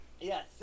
yes